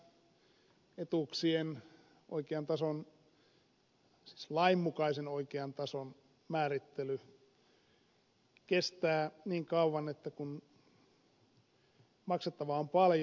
niinpä etuuksien oikean tason lainmukaisen oikean tason määrittely kestää kauan kun maksettavaa on paljon